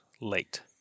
late